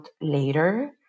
later